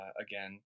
again